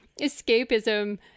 escapism